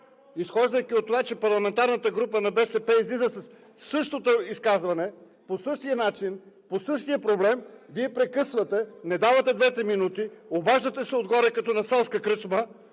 изхождайки от това, че парламентарната група на БСП излиза със същото изказване, по същия начин, по същия проблем, Вие прекъсвате, не давате двете минути, обаждате се отгоре като на селска кръчма,